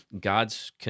God's